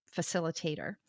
facilitator